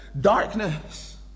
darkness